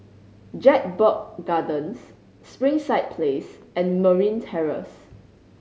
Jedburgh Gardens Springside Place and Marine Terrace